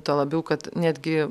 tuo labiau kad netgi